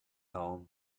home